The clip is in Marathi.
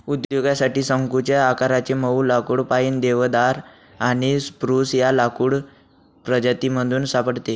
उद्योगासाठी शंकुच्या आकाराचे मऊ लाकुड पाईन, देवदार आणि स्प्रूस या लाकूड प्रजातीमधून सापडते